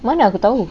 mana aku tahu